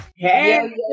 Hey